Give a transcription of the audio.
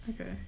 Okay